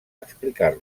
explicar